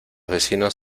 vecinos